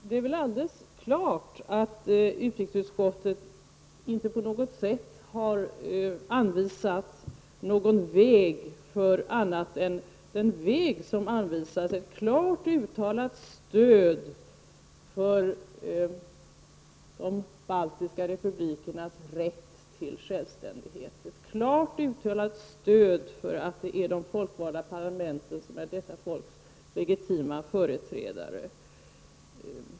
Det är väl alldeles klart att utrikesutskottet inte på något sätt har anvisat någon väg annan än ett klart uttalat stöd för de baltiska republikernas rätt till självständighet, dvs. ett klart uttalat stöd för att det är de folkvalda parlamenten som är dessa folks legitima företrädare.